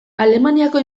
alemaniako